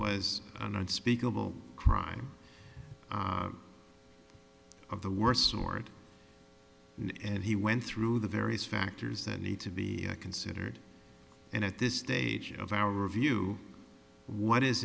was an unspeakable crime of the worst sort and and he went through the various factors that need to be considered and at this stage of our review what is